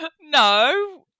No